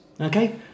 Okay